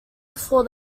before